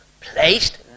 placed